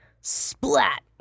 Splat